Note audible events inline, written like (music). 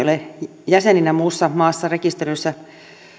(unintelligible) ole jäsenenä muussa maassa rekisteröidyssä